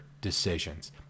decisions